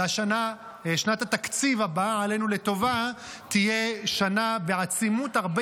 ושנת התקציב הבאה עלינו לטובה תהיה שנה בעצימות הרבה